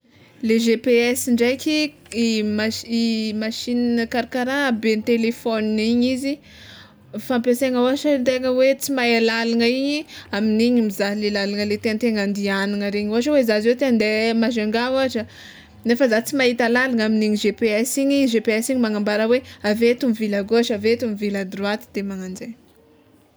Le GPS ndraiky, i mas- machine karakara haben'ny telefôna igny izy fampiasaina ôhatra tegna hoe tsy mahay lalagna igny amin'igny mizaha le lalagna le tiantegna andiagnana regny, ôhatra hoe zah zao te hande Majunga ôhatra nefa zah tsy mahita lalagna amin'igny GPS igny GPS igny magnambara hoe avy eto mivily a gauche avy eto mivily a droite de magnan'izay.